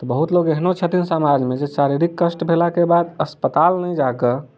तऽ बहुत लोग एहनो छथिन समाज मे जे शारीरीक कष्ट भेला के बाद अस्पताल नहि जाय कऽ